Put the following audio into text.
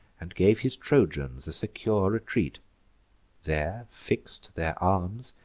and gave his trojans a secure retreat there fix'd their arms,